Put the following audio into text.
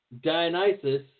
Dionysus